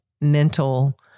mental